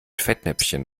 fettnäpfchen